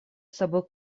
собой